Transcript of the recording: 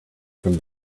from